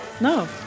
No